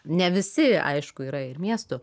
ne visi aišku yra ir miestų